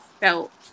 felt